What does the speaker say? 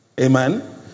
Amen